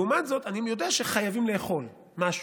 לעומת זאת, אני יודע שחייבים לאכול משהו.